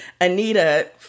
Anita